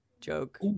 joke